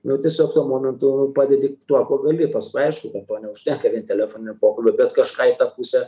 nu tiesiog tuo momentu padedi tuo kuo gali paskui aišku kad to neužtenka vien telefoninio pokalbio bet kažką į tą pusę